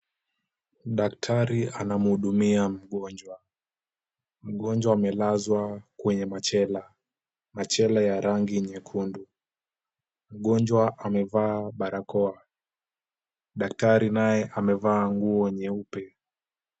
Daktari anamhudumia mgonjwa. Mgonjwa amelazwa kwenye machela, machela ya rangi nyekundu. Mgonjwa amevaa barakoa. Daktari naye amevaa nguo nyeupe.